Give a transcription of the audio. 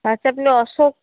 আচ্ছা আপনি অশোক